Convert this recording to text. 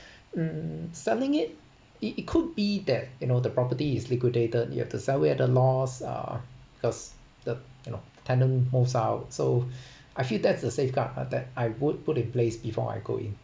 um selling it it it could be that you know the property is liquidated you have to sell it at a loss uh because the you know tenant moves out so I feel that's a safeguard ah that I would put in place before I go in